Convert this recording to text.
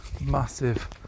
Massive